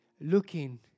looking